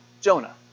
Jonah